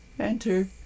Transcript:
Enter